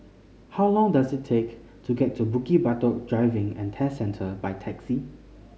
how long does it take to get to Bukit Batok Driving and Test Centre by taxi